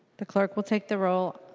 the clerk will take the roll.